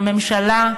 הממשלה,